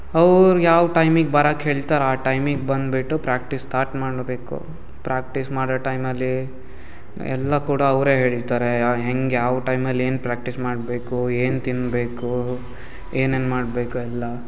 ಅವ್ರು ಯಾವ ಟೈಮಿಗೆ ಬರಕ್ಕೆ ಹೇಳ್ತಾರೆ ಆ ಟೈಮಿಗೆ ಬಂದುಬಿಟ್ಟು ಪ್ರಾಕ್ಟೀಸ್ ಸ್ಟಾರ್ಟ್ ಮಾಡಬೇಕು ಪ್ರಾಕ್ಟೀಸ್ ಮಾಡೋ ಟೈಮಲ್ಲಿ ಎಲ್ಲ ಕೂಡ ಅವರೇ ಹೇಳ್ತಾರೆ ಯ ಹೆಂಗೆ ಯಾವ ಟೈಮಲ್ಲಿ ಏನು ಪ್ರಾಕ್ಟೀಸ್ ಮಾಡಬೇಕು ಏನು ತಿನ್ನಬೇಕು ಏನೇನು ಮಾಡಬೇಕು ಎಲ್ಲ